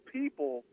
people